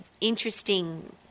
interesting